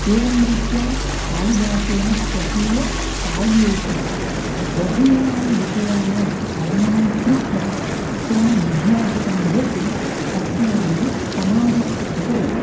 एवं रीत्या कालिदासेन स्वकीय काव्येषु बहूणां विषयाणां वर्णनं कृत्वा तेन विज्ञापितं यत् अस्माभिः समाजस्य उपरि